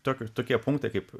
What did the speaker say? tokius tokie punktai kaip